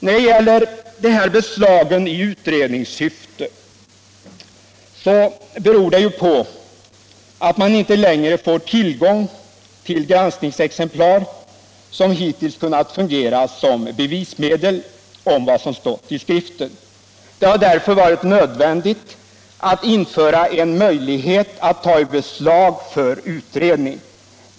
Förslaget om beslag i utredningssyfte beror på att man inte längre får tillgång till granskningsexemplar, som hittills har kunnat fungera som bevismedel i fråga om vad som stått i skriften. Det har därför varit nödvändigt att införa en möjlighet att ta skrift i beslag för utredning.